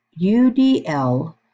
UDL